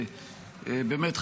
באמת,